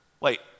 wait